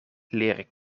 leren